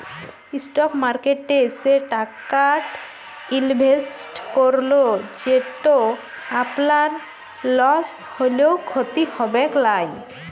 stock মার্কেটে সে টাকাট ইলভেসেট করুল যেট আপলার লস হ্যলেও খ্যতি হবেক লায়